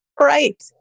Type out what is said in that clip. Right